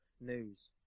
news